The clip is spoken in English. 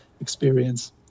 experience